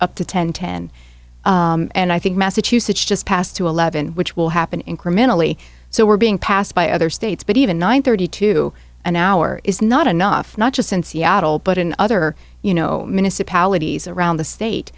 up to ten ten and i think massachusetts just passed to eleven which will happen incrementally so we're being passed by other states but even one thirty two an hour is not enough not just in seattle but in other you know municipalities around the state